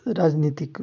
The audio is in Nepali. राजनैतिक